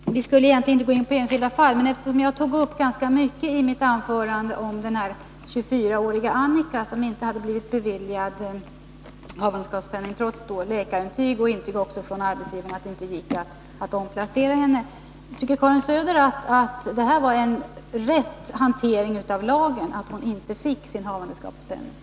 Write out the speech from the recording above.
Fru talman! Vi skall egentligen inte gå in på enskilda fall. Men eftersom jag sade ganska mycket i mitt anförande om 24-åriga Annika som inte hade blivit beviljad havandeskapspenning, trots läkarintyg och intyg från arbetsgivaren om att det inte gick att omplacera henne, vill jag ändå fråga: Tycker Karin Söder att det var en riktig hantering av lagen — att hon inte fick sin havandeskapspenning?